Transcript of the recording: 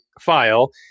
file